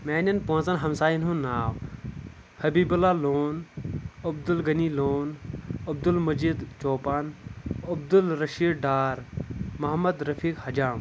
میانٮ۪ن پانٛژن ہمساین ہنٛد ناو حبیب اللہ لون عبدُل غنی لون عبدُل مٔجیٖد چوپان عبدُل رٔشیٖد ڈار محمد رفیٖق حجام